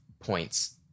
points